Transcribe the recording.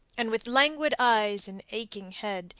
and with languid eyes in aching head,